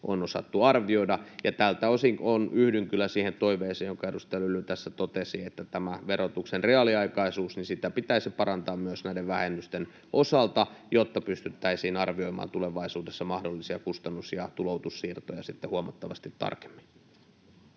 on osattu arvioida. Tältä osin yhdyn kyllä siihen toiveeseen, jonka edustaja Lyly tässä totesi, että tätä verotuksen reaaliaikaisuutta pitäisi parantaa myös näiden vähennysten osalta, jotta pystyttäisiin arvioimaan tulevaisuudessa mahdollisia kustannus- ja tuloutussiirtoja huomattavasti tarkemmin.